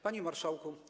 Panie Marszałku!